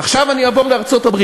עכשיו אני אעבור לארצות-הברית.